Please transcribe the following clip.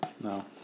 No